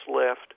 left